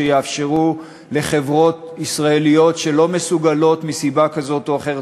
שיאפשרו לחברות ישראליות שלא מסוגלות מסיבה כזאת או אחרת,